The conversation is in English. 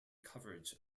coverage